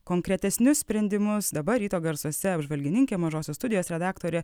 konkretesnius sprendimus dabar ryto garsuose apžvalgininkė mažosios studijos redaktorė